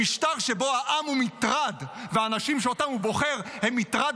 במשטר שבו העם הוא מטרד והאנשים שאותם הוא בוחר הם מטרד